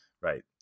right